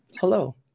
Hello